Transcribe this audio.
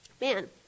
Man